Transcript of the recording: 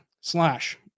slash